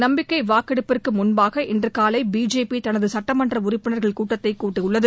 நம்பிக்கை வாக்கெடுப்பிற்கு முன்பாக இன்று காலை பிஜேபி தனது சட்டமன்ற உறுப்பினர்கள் கூட்டத்தை கூட்டியுள்ளது